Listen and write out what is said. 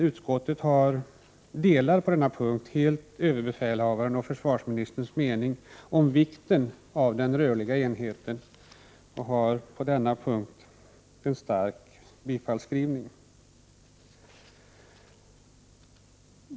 Utskottet delar helt överbefälhavarens och försvarsministerns uppfattning om vikten av den rörliga enheten och har på denna punkt en stark bifallsskrivning.